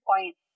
point